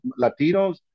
Latinos